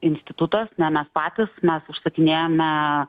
institutas ne mes patys mes užsakinėjame